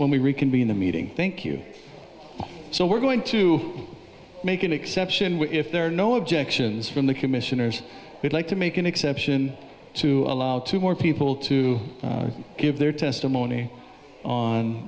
when we reconvene the meeting thank you so we're going to make an exception if there are no objections from the commissioners would like to make an exception to allow two more people to give their testimony on